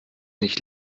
nicht